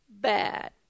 bad